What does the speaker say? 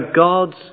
God's